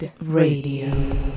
radio